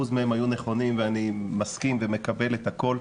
מהם היו נכונים ואני מסכים ומקבל את הכול.